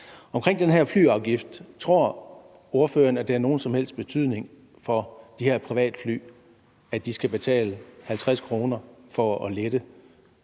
Omkring den her flyafgift vil jeg høre, om ordføreren tror, at det har nogen som helst betydning for de her privatfly, at de skal betale 50 kr. for at lette.